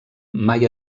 mai